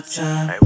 time